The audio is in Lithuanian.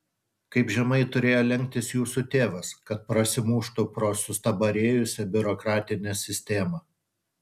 kaip žemai turėjo lenktis jūsų tėvas kad prasimuštų pro sustabarėjusią biurokratinę sistemą